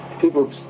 People